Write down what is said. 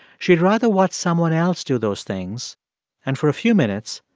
she'd rather watch someone else do those things and, for a few minutes,